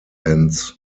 ends